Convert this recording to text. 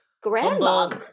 grandma